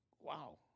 wow